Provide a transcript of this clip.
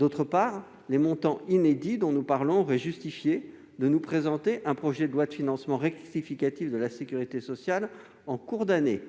ailleurs, les montants inédits dont nous parlons auraient justifié de nous présenter un projet de loi de financement rectificative de la sécurité sociale en cours d'année.